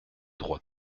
droit